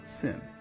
sin